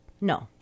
No